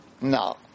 No